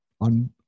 On